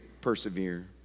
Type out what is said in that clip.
persevere